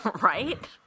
Right